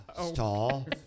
stall